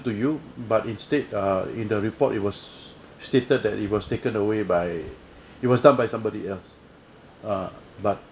to you but instead uh in the report it was stated that it was taken away by it was done by somebody else uh but